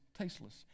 tasteless